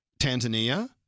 Tanzania